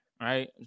right